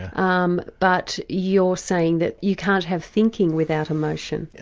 um but you're saying that you can't have thinking without emotion.